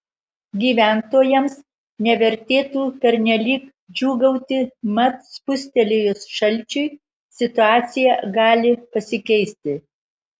gyventojams nevertėtų pernelyg džiūgauti mat spustelėjus šalčiui situacija gali pasikeisti